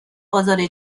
آزار